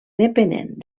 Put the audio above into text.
depenent